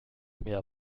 mehr